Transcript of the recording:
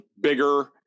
bigger